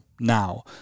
now